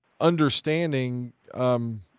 understanding